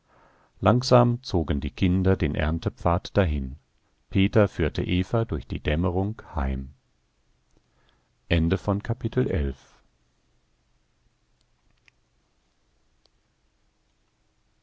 langsam zogen die kinder den erntepfad dahin peter führte eva durch die dämmerung heim